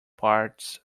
parts